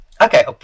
okay